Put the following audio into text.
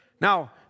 Now